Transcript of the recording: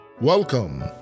Welcome